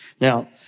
Now